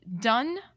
done